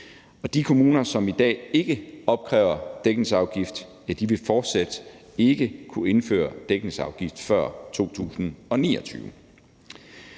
De kommuner, som i dag ikke opkræver dækningsafgift, vil fortsat ikke kunne indføre dækningsafgift før 2029.